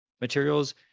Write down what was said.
materials